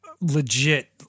legit